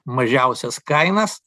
mažiausias kainas